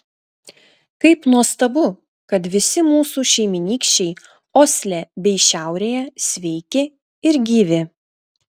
kaip nuostabu kad visi mūsų šeimynykščiai osle bei šiaurėje sveiki ir gyvi